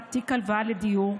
ולקבוע שעבור פתיחת תיק הלוואה לדיור,